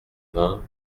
vingts